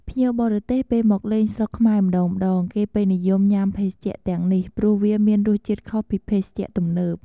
ភ្ញៀវបរទេសពេលមកលេងស្រុកខ្មែរម្តងៗ គេពេញនិយមញុាំភេសជ្ជៈទាំងនេះព្រោះវាមានរសជាតិខុសពីភេសជ្ជៈទំនើប។